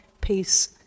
peace